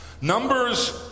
Numbers